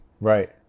Right